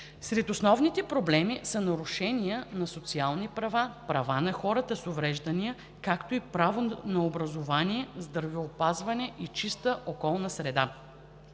Сред основните проблеми са нарушения на социални права, права на хората с увреждания, както и на правото на образование, здравеопазване и чиста околна среда.